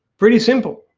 pretty simple.